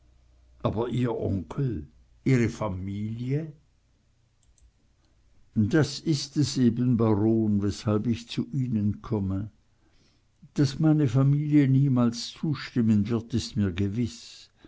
aber ihr onkel ihre familie das eben ist es baron weshalb ich zu ihnen komme daß meine familie niemals zustimmen wird ist mir gewiß